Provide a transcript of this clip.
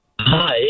Hi